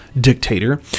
dictator